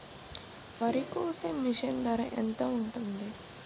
వరి కోసే మిషన్ ధర ఎంత ఉంటుంది?